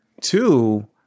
Two